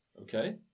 Okay